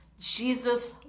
Jesus